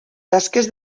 tasques